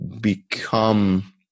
become